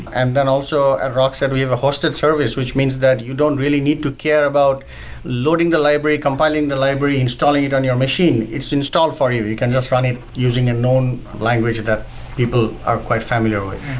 and then also at rockset we have a hosted service, which means that you don't really need to care about loading the library, compiling the library, installing it on your machine. it's installed for you. you can just run it using a known language that people are quite familiar with.